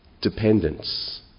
Dependence